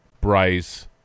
Bryce